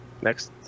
next